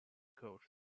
coach